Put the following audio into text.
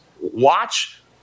watch